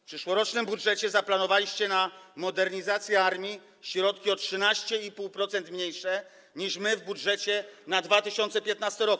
W przyszłorocznym budżecie zaplanowaliście na modernizację armii środki o 13,5% mniejsze niż my w budżecie na 2015 r.